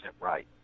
right